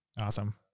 Awesome